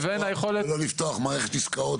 לבין היכולת --- ולא לפתוח מערכת עסקאות